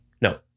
No